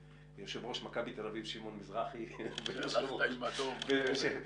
יושב-ראש מכבי תל-אביב שמעון מזרחי ויושב-ראש הכנסת יריב לוין.